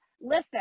listen